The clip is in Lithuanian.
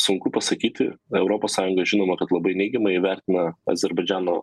sunku pasakyti europos sąjunga žinoma kad labai neigiamai vertina azerbaidžano